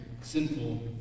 sinful